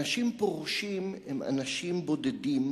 אנשים פורשים הם אנשים בודדים,